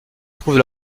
trouve